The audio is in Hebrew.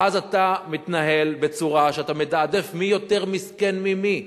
ואז אתה מתנהל בצורה שאתה מתעדף מי יותר מסכן ממי: